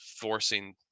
forcing